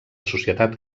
societat